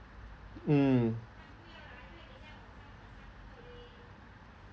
mm